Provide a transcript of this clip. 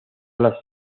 las